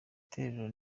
itorero